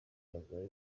abagore